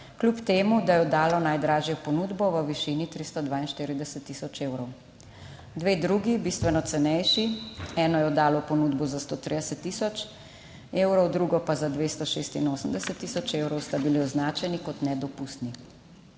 kljub temu, da je oddalo najdražjo ponudbo v višini 342 tisoč evrov, dve drugi bistveno cenejši, eno je oddalo ponudbo za 130 tisoč evrov, drugo pa za 286 tisoč evrov, sta bili označeni kot nedopustni.